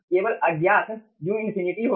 केवल अज्ञात u∞ होगा